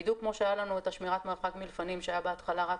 בדיוק כמו שהיה לנו את שמירת המרחק מלפנים שהיה בהתחלה רק התראה.